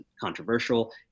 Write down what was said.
controversial